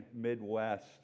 Midwest